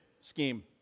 scheme